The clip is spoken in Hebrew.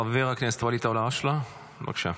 חבר הכנסת ואליד אלהואשלה, בבקשה.